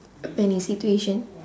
of any situation